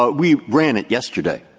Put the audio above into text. but we ran it yesterday.